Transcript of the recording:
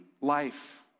life